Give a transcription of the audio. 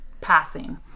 passing